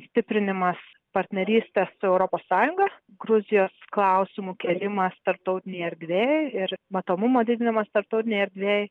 stiprinimas partnerystės su europos sąjunga gruzijos klausimų kėlimas tarptautinėje erdvėje ir matomumo didinimas tarptautinėj erdvėj